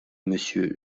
monsieur